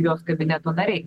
jos kabineto nariai